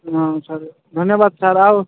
ହଁ ସାର୍ ଧନ୍ୟବାଦ ସାର୍ ଆଉ